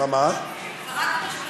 שרת המשפטים,